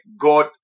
God